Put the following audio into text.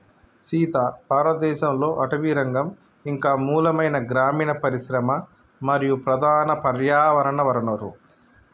సీత భారతదేసంలో అటవీరంగం ఇంక మూలమైన గ్రామీన పరిశ్రమ మరియు ప్రధాన పర్యావరణ వనరు